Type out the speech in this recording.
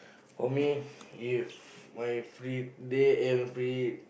for me if my free day eh free